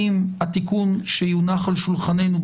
התיקון שיונח על שולחננו,